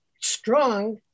strong